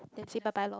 then say bye bye lor